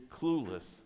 clueless